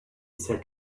said